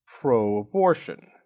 pro-abortion